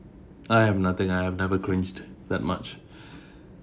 I have nothing I have never cringed that much